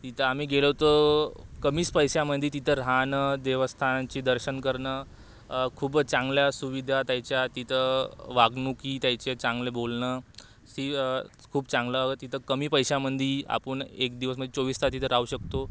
तिथं आम्ही गेलो होतो कमीच पैशामध्ये तिथं राहणं देवस्थानचं दर्शन करणं खूप चांगल्या सुविधा त्यांच्या तिथं वागणुक त्यांचे चांगले बोलणं ती खूप चांगलं तिथं कमी पैशामध्ये आपण एक दिवस म्हणजे चोवीस तास तिथं राहू शकतो